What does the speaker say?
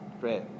Great